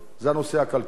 זה הנושא הכלכלי.